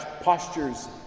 postures